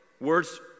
words